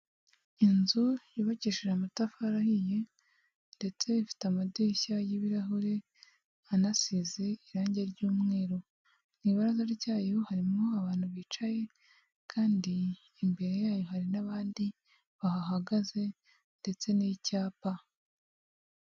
Inzu yubakishije amatafari ahiye ndetse ifite amadirishya y'ibirahure anasize irangi ry'umweru, mu ibaraza ryayo harimo abantu bicaye, kandi imbere yayo hari n'abandi bahahagaze ndetse n'icyapa.